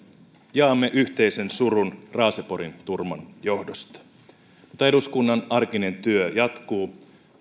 jaamme yhteisen surun raaseporin turman johdosta mutta eduskunnan arkinen työ jatkuu